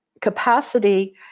capacity